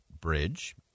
Bridge